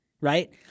right